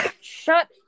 Shut